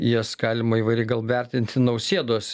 jas galima įvairiai gal vertinti nausėdos